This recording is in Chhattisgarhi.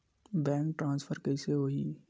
बैंक ट्रान्सफर कइसे होही?